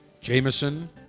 Jameson